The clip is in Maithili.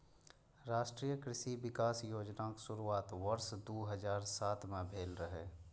राष्ट्रीय कृषि विकास योजनाक शुरुआत वर्ष दू हजार सात मे भेल रहै